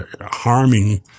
harming